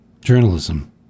Journalism